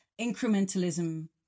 incrementalism